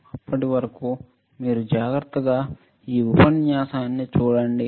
అప్పటి వరకు మీరు జాగ్రత్తగా ఉపన్యాసం చూడండి